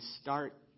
start